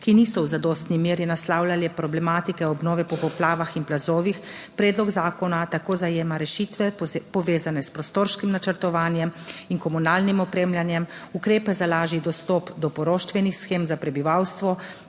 ki niso v zadostni meri naslavljale problematike obnove po poplavah in plazovih, predlog zakona tako zajema rešitve povezane s prostorskim načrtovanjem in komunalnim opremljanjem, ukrepe za lažji dostop do poroštvenih shem za prebivalstvo,